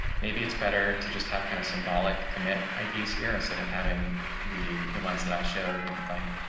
maybe it's better to just have kind of symbolic commit ideas here instead of having the, the ones that i showed with like